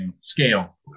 scale